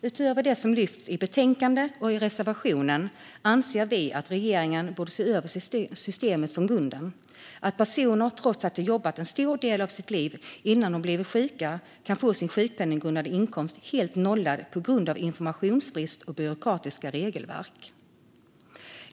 Utöver det som lyfts fram i betänkandet och i reservationen anser vi att regeringen borde se över systemet från grunden, eftersom personer trots att de jobbat en stor del av sitt liv innan de blev sjuka kan få sin sjukpenninggrundande inkomst helt nollad på grund av informationsbrist och byråkratiska regelverk.